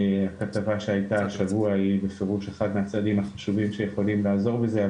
הכתבה שהייתה השבוע היא בפירוש אחד מהצדדים החשובים שיכולים לעזור בזה,